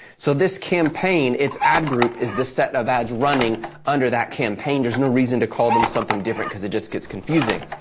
so, this campaign, it's ad group is the set of ads running under that campaign. there's no reason to call them something different, cause it just gets confusing.